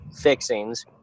fixings